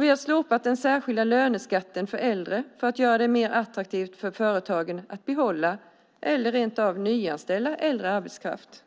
Vi har slopat den särskilda löneskatten för äldre för att göra det mer attraktivt för företagen att behålla eller rent av nyanställa äldre arbetskraft.